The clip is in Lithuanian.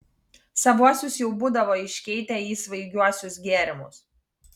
savuosius jau būdavo iškeitę į svaigiuosius gėrimus